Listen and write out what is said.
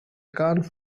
can’t